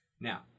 Now